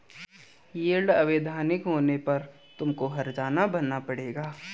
yield अवैधानिक होने पर तुमको हरजाना भरना पड़ेगा